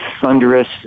thunderous